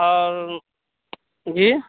اور جی